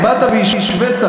באת והשווית,